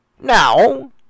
Now